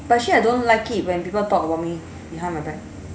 but actually I don't like it when people talk about me behind my back